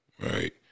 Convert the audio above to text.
Right